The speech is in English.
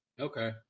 Okay